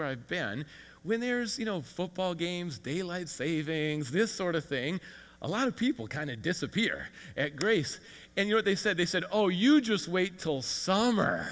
where i've been when there's you know football games daylight savings this sort of thing a lot of people kind of disappear grace and you're they said they said oh you just wait till summer